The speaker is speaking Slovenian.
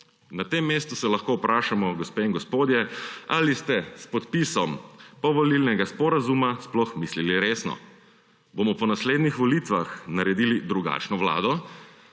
Na tem mestu se lahko vprašamo, gospe in gospodje, ali ste s podpisom povolilnega sporazuma sploh mislili resno. Ali bomo po naslednjih volitvah naredili drugačno vlado